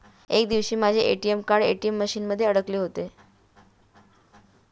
एक दिवशी माझे ए.टी.एम कार्ड ए.टी.एम मशीन मध्येच अडकले होते